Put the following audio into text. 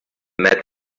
met